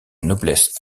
noblesse